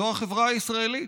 זו החברה הישראלית,